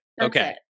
Okay